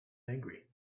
angry